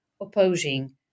opposing